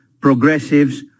Progressives